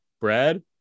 Brad